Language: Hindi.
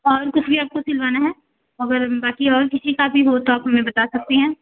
और कुछ भी आपको सिलवाना है अगर बाकी और किसी का भी हो तो आप हमें बता सकती हैं